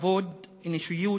כבוד, אנושיות,